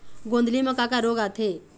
गोंदली म का का रोग आथे?